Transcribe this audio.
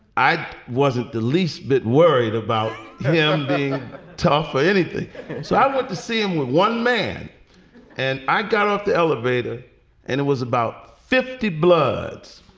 i wasn't the least bit worried about yeah him being tough or anything so i went to see him with one man and i got off the elevator and it was about fifty bloods,